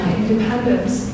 independence